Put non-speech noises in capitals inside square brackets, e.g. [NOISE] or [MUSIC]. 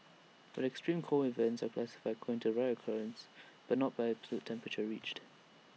but extreme cold events are classified according to right occurrence but not by [UNINTELLIGIBLE] absolute temperature reached